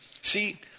See